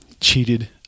cheated